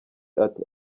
ati